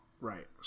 right